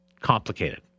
complicated